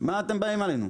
מה אתם באים עלינו?